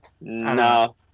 No